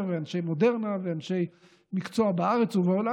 ואנשי מודרנה ואנשי מקצוע בארץ ובעולם,